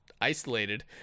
isolated